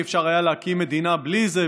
אי-אפשר היה להקים מדינה בלי זה,